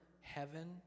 heaven